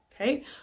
okay